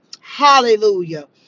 Hallelujah